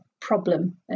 problem